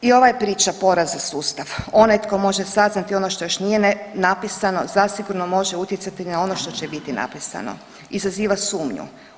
I ova je priča poraz za sustav, onaj tko može saznati ono što još nije napisano zasigurno može utjecati na ono što će biti napisano, izaziva sumnju.